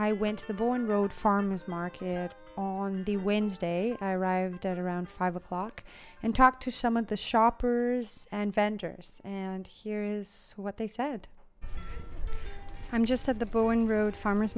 i went to the bourne road farmer's market on the wednesday i arrived at around five o'clock and talked to some of the shoppers and vendors and here is what they said i'm just at the bowen road farmer